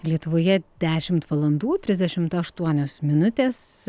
lietuvoje dešimt valandų trisdešim aštuonios minutės